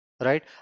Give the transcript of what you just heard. right